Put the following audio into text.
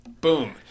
Boom